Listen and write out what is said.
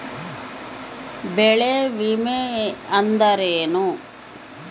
ಬೆಳೆ ವಿಮೆ ಅಂದರೇನು?